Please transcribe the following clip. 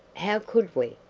how could we?